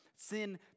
Sin